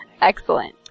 Excellent